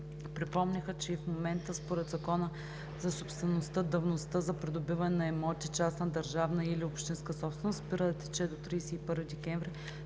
Припомниха, че и в момента според Закона за собствеността давността за придобиване на имоти – частна държавна или общинска собственост, спира да тече до 31 декември